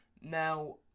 now